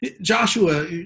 Joshua